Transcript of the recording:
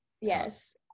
Yes